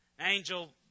Angel